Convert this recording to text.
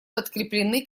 подкреплены